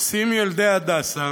נוסעים ילדי הדסה